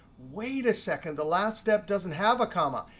wait a second, the last step doesn't have a comma.